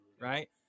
right